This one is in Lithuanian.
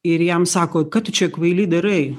ir jam sako ką tu čia kvaily darai